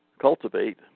cultivate